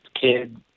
kid